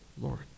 Lord